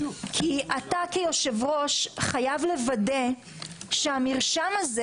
אתה כיושב-ראש חייב לוודא שהמרשם הזה